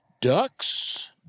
ducks